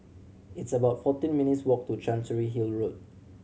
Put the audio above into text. it's about fourteen minutes' walk to Chancery Hill Road